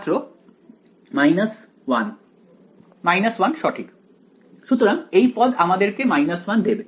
ছাত্র 1 1 সঠিক সুতরাং এই পদ আমাদেরকে 1 দেবে